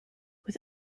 with